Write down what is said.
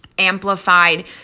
Amplified